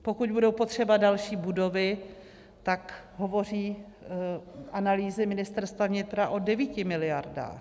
Pokud budou potřeba další budovy, tak hovoří analýzy Ministerstva vnitra o 9 miliardách.